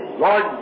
Lord